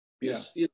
yes